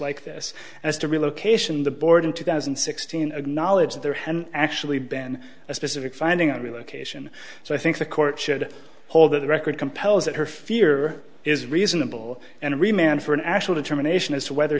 like this and it's to relocation the board in two thousand and sixteen and knowledge there has actually been a specific finding of relocation so i think the court should hold the record compels that her fear is reasonable and remain for an actual determination as to whether